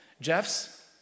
Jeff's